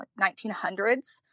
1900s